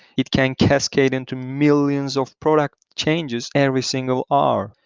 it can cascade into millions of product changes every single ah hour.